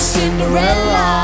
Cinderella